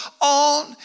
on